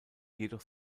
jedoch